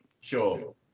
Sure